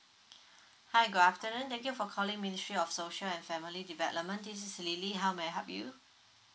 hi good afternoon thank you for calling ministry of social and family development this is Lily how may I help you